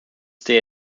stay